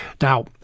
Now